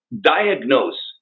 diagnose